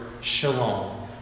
shalom